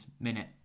minute